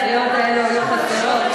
קריאות כאלה היו חסרות.